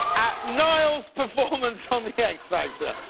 at niall's performance on the x-factor.